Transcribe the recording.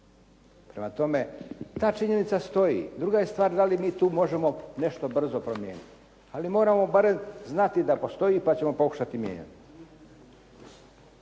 Prema tome, ta činjenica stoji. Druga je stvar da li mi tu možemo nešto brzo promijeniti. Ali moramo barem znati da postoji pa ćemo pokušati mijenjati.